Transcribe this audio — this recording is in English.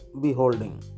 beholding